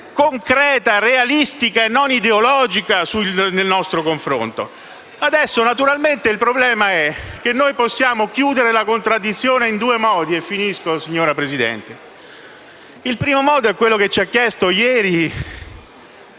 concreta, realistica e non ideologica nel nostro confronto. Il problema, adesso, è che possiamo chiudere la contraddizione in due modi, e concludo, signora Presidente. Il primo è quello che ci ha chiesto ieri